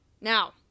now